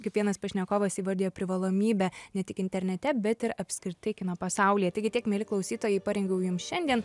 kaip vienas pašnekovas įvardijo privalomybė ne tik internete bet ir apskritai kino pasaulyje taigi tiek mieli klausytojai parengiau jum šiandien